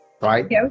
right